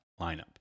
lineup